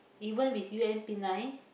even with U_M_P nine